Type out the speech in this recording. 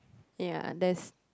ya this